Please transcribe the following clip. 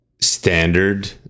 standard